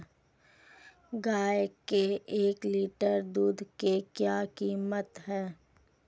गाय के एक लीटर दूध की क्या कीमत है?